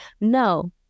no